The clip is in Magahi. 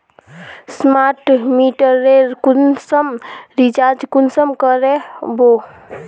स्मार्ट मीटरेर कुंसम रिचार्ज कुंसम करे का बो?